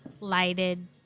lighted